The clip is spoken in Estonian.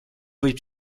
võib